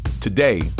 Today